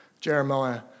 Jeremiah